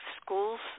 schools